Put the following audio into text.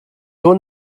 hwn